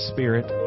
Spirit